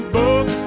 book